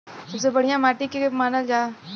सबसे बढ़िया माटी के के मानल जा?